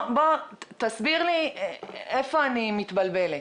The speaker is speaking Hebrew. תסביר לי איפה אני מתבלבלת.